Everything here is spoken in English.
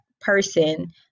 person